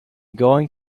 going